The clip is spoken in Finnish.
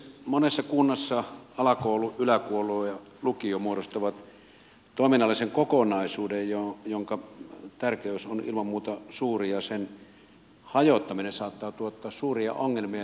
monessa kunnassa alakoulu yläkoulu ja lukio muodostavat toiminnallisen kokonaisuuden jonka tärkeys on ilman muuta suuri ja sen hajottaminen saattaa tuottaa suuria ongelmia